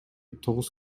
тогуз